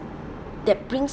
that brings